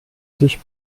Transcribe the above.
sich